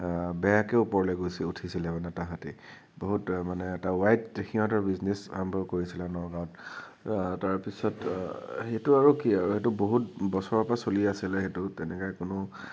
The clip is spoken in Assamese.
বেয়াকে ওপৰলে গৈছে উঠিছিলে মানে তাঁহাতি বহুত মানে এটা ওৱাইড সিহঁতৰ বিজনেছ আৰম্ভ কৰিছিলে নগাঁৱত তাৰপিছত সেইটো আৰু কি আৰু সেইটো বহুত বছৰৰ পৰা চলি আছিলে সেইটো তেনেকে কোনো